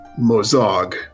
Mozog